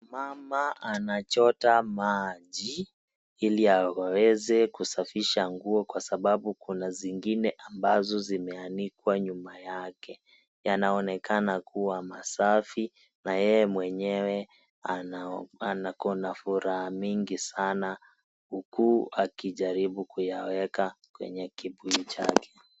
Mama anachota maji, ili aweze kusafisha nguo kwa sababu kuna zingine ambazo zimeanikwa nyuma yake, yanaonekana kuwa masafi na yeye mwenyewe akonafuraha mingi sana huku akijaribu kuyaweka kwenye kibuyu chake.